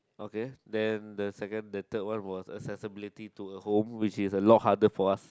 okay then the second the third one was accessibility to a home which is a lot harder for us